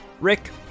rick